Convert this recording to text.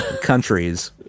countries